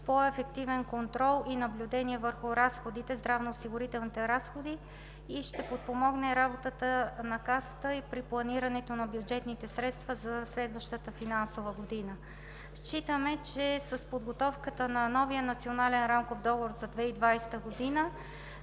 по-ефективен контрол и наблюдение върху здравноосигурителните разходи, ще подпомогне работата на Касата при планирането на бюджетните средства за следващата финансова година. Считаме, че с подготовката на новия Национален рамков договор за 2020 г.,